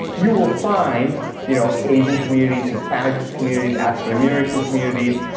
you will find you know asian communities, hispanic communities, african-american communities,